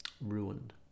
Ruined